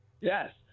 Yes